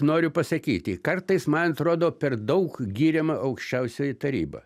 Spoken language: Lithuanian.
noriu pasakyti kartais man atrodo per daug giriama aukščiausioji taryba